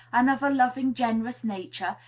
and of a loving, generous nature,